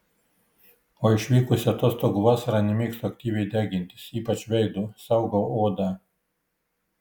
o išvykusi atostogų vasarą nemėgstu aktyviai degintis ypač veido saugau odą